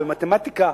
במתמטיקה,